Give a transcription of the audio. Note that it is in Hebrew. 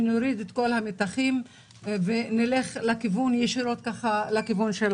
נוריד את כל המתחים ונלך לכיוון של המטרה.